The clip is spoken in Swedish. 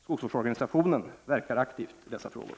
Skogsvårdsorganisationen verkar aktivt i dessa frågor.